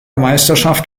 meisterschaft